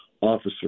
officer